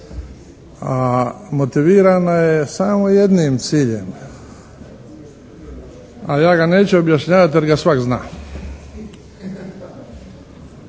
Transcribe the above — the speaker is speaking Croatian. A motivirana je samo jednim ciljem a ja ga neću objašnjavati jer ga svak' zna.